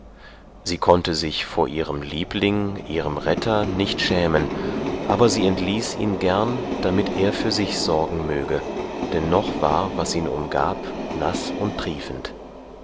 sie konnte sich vor ihrem liebling ihrem retter nicht schämen aber sie entließ ihn gern damit er für sich sorgen möge denn noch war was ihn umgab naß und triefend